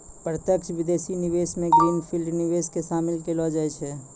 प्रत्यक्ष विदेशी निवेश मे ग्रीन फील्ड निवेश के शामिल केलौ जाय छै